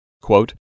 Quote